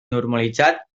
normalitzat